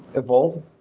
evolved.